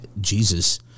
Jesus